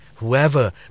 Whoever